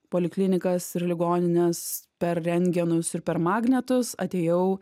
poliklinikas ir ligonines per rengenus ir per magnetus atėjau